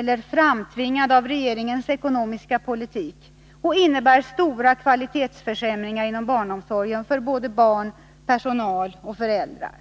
helt framtvingad av regeringens ekonomiska politik och innebär stora kvalitetsförsämringar inom barnomsorgen för barn, personal och föräldrar.